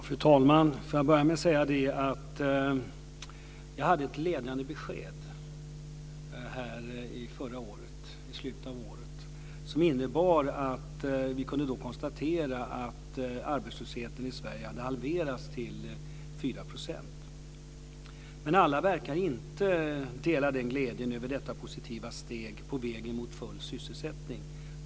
Fru talman! Låt mig börja med att säga att jag hade ett glädjande besked i slutet av förra året. Då kunde vi konstatera att arbetslösheten i Sverige hade halverats till 4 %. Men alla verkar inte dela glädjen över detta positiva steg på vägen mot full sysselsättning.